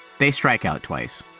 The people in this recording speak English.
they strike out twice,